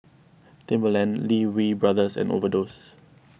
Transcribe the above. Timberland Lee Wee Brothers and Overdose